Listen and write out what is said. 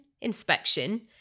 inspection